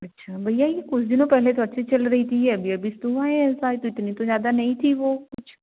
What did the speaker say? अच्छा भैया ये कुछ दिनों पहले तो अच्छी चल रही थी यह अभी अभी तो हुआ है ऐसा इतनी तो ज़्यादा नहीं थी वो कुछ